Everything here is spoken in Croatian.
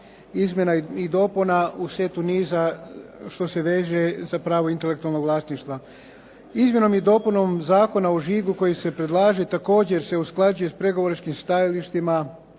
izmjena i dopuna u svijetu niza što se veže za pravo intelektualnog vlasništva. Izmjenom i dopunom Zakona o žigu koji se predlaže također se usklađuje s pregovaračkim stajalištima